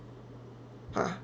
ha